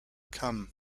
come